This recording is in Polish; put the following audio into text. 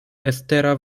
estera